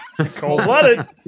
Cold-blooded